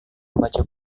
membaca